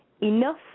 enough